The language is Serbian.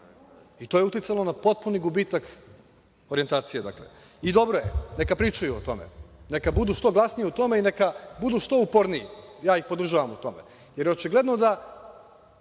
i to je uticalo na potpuni gubitak orijentacije. Dobro je, neka pričaju o tome. Neka budu što glasniji u tome i neka budu što uporniji. Ja ih podržavam u tome, jer očigledno da